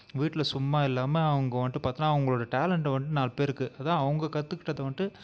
வீட்டில் சும்மா இல்லாமல் அவங்க வந்துட்டு பார்த்தீனா அவங்களோட டேலெண்டை வந்துட்டு நாலு பேருக்கு அதுதான் அவங்க கற்றுக்கிட்டத வந்துட்டு